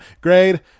Grade